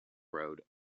road